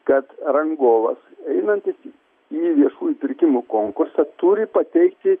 kad rangovas einantys į į viešųjų pirkimų konkursą turi pateikti